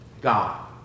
God